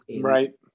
Right